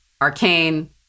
Arcane